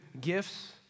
gifts